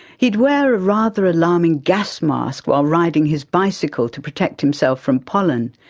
he'd wear a rather alarming gas mask while riding his bicycle to protect himself from pollen,